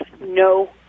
no